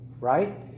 Right